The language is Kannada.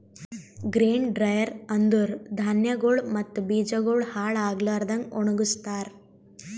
ಗ್ರೇನ್ ಡ್ರ್ಯೆರ ಅಂದುರ್ ಧಾನ್ಯಗೊಳ್ ಮತ್ತ ಬೀಜಗೊಳ್ ಹಾಳ್ ಆಗ್ಲಾರದಂಗ್ ಒಣಗಸ್ತಾರ್